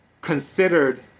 considered